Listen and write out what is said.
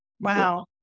Wow